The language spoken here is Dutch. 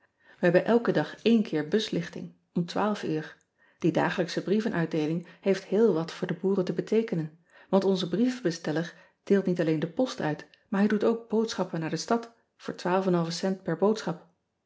e hebben elken dag één keer buslichting om uur ie dagelijksche brievenuitdeeling heeft heel wat voor de boeren te beteekenen want onze brievenbesteller deelt niet alleen de post uit maar hij doet ook boodschappen naar de stad voor cent per boodschap